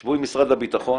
שבו עם משרד הביטחון.